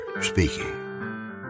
speaking